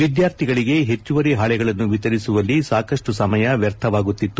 ವಿದಾರ್ಥಿಗಳಿಗೆ ಹೆಚ್ಚುವರಿ ಹಾಳೆಗಳನ್ನು ವಿತರಿಸುವಲ್ಲಿ ಸಾಕಷ್ಟು ಸಮಯ ವ್ಯರ್ಥವಾಗುತ್ತಿತ್ತು